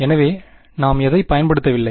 எனவே நாம் எதைப் பயன்படுத்தவில்லை